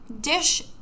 dish